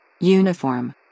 Uniform